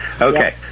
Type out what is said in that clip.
Okay